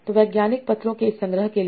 तो वैज्ञानिक पत्रों के इस संग्रह के लिए